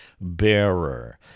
bearer